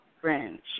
friendship